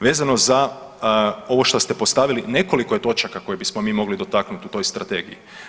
Vezano za ovo što ste postavili, nekoliko je točaka koje bismo mi mogli dotaknuti u toj strategiji.